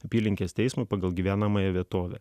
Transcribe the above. apylinkės teismo pagal gyvenamąją vietovę